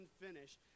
unfinished